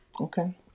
Okay